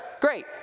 Great